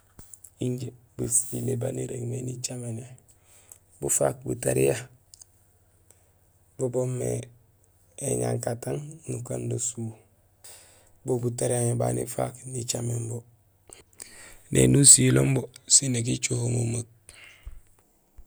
Injé basilé baan irégmé nicaméné, bufaak butariya bo boomé éñankatang nukando suu, bo butariya mé baan nifaak nicaméén bo, néni usiloom bo sin nak icoho memeek.